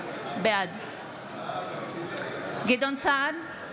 בעד גדעון סער,